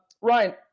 Ryan